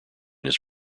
his